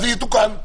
זה יתוקן.